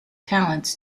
talents